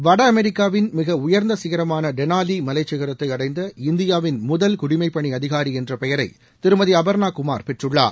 வட அமெரிக்காவின் மிக உயர்ந்த சிகரமான டெனாலி மலைசிகரத்தை அடைந்த இந்தியாவின் முதல் குடிமைப்பணி அதிகாரி என்ற பெயரை திருமதி அபர்ணா குமார் பெற்றுள்ளார்